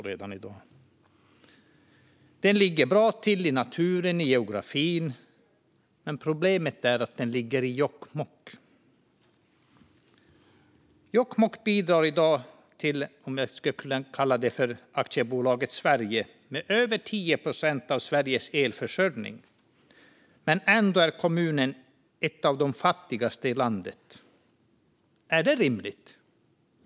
Gruvan ligger bra till i naturen och geografin, men problemet är att den ligger i Jokkmokk. Jokkmokk bidrar i dag till aktiebolaget Sverige, om jag kan kalla det så, med över 10 procent av Sveriges elförsörjning. Ändå är kommunen en av de fattigaste i landet. Är det rimligt?